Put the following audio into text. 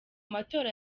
matora